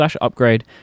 upgrade